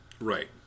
Right